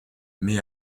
mais